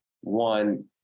one